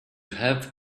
have